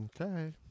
okay